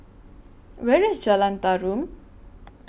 Where IS Jalan Tarum